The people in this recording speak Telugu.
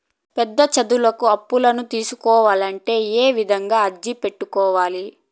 పెద్ద చదువులకు అప్పులను తీసుకోవాలంటే ఏ విధంగా అర్జీ పెట్టుకోవాలి?